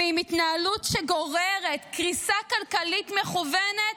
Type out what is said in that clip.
ועם התנהלות שגוררת קריסה כלכלית מכוונת,